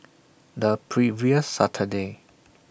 The previous Saturday